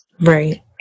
Right